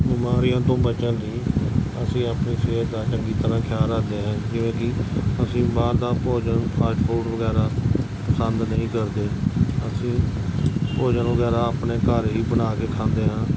ਬਿਮਾਰੀਆਂ ਤੋਂ ਬਚਣ ਲਈ ਅਸੀਂ ਆਪਣੀ ਸਿਹਤ ਦਾ ਚੰਗੀ ਤਰ੍ਹਾਂ ਖਿਆਲ ਰੱਖਦੇ ਹਾਂ ਜਿਵੇਂ ਕਿ ਅਸੀਂ ਬਾਹਰ ਦਾ ਭੋਜਨ ਫਾਸਟ ਫੂਡ ਵਗੈਰਾ ਪਸੰਦ ਨਹੀਂ ਕਰਦੇ ਅਸੀਂ ਭੋਜਨ ਵਗੈਰਾ ਆਪਣੇ ਘਰ ਹੀ ਬਣਾ ਕੇ ਖਾਂਦੇ ਹਾਂ